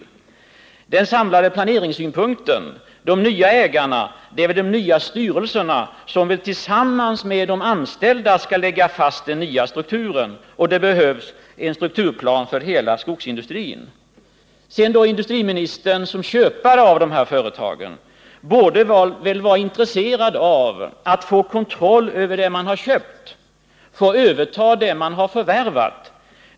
I vad gäller den samlade planeringen bör det väl vara de nya styrelserna som tillsammans med de anställda skall lägga fast den nya strukturen — och det behövs ju en strukturplan för hela skogsindustrin. Industriministern borde väl vidare som köpare av de båda företagen vara intresserad av att få kontroll över det som staten köpt och att få överta det som förvärvats.